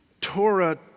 Torah